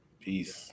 Peace